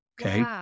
Okay